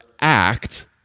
act